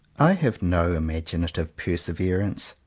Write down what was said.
i have no imaginative perseverance,